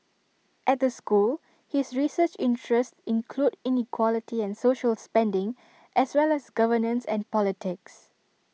at the school his research interests include inequality and social spending as well as governance and politics